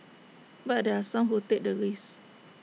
but there are some who take the risk